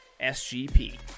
SGP